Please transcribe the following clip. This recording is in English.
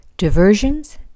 Diversions